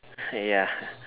ya